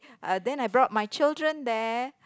uh then I brought my children there